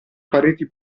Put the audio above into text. pareti